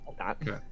Okay